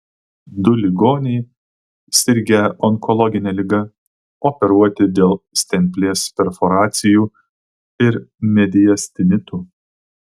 du ligoniai sirgę onkologine liga operuoti dėl stemplės perforacijų ir mediastinitų